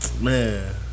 Man